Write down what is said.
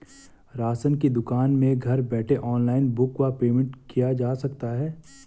Ration की दुकान में घर बैठे ऑनलाइन बुक व पेमेंट किया जा सकता है?